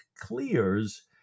clears